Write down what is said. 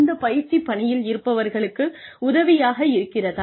இந்த பயிற்சி பணியில் இருப்பவர்களுக்கு உதவியாக இருக்கிறதா